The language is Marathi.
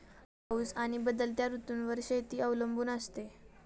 पाऊस आणि बदलत्या ऋतूंवर शेती अवलंबून असते